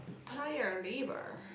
Paya-Lebar